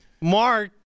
Mark